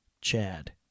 Chad